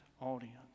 audience